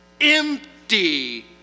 empty